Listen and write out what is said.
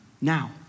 now